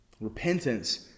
Repentance